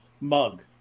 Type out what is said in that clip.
mug